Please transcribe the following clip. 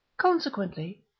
Consequently